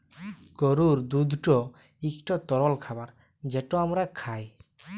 গরুর দুহুদ ইকট তরল খাবার যেট আমরা খাই